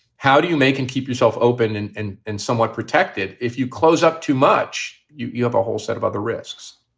how do you make and keep yourself open and and and somewhat protected if you close up too much? you you have a whole set of other risks